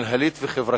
מינהלית וחברתית.